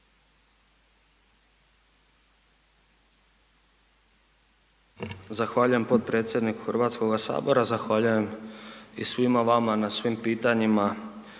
Zahvaljujem potpredsjedniku Hrvatskoga sabora. Zahvaljujem i svima vama na svim pitanjima